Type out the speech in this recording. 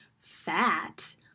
fat